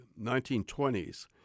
1920s